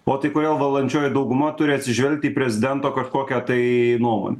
o tai kodėl valdančioji dauguma turi atsižvelgti į prezidento kažkokią tai nuomonę